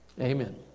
Amen